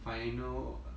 final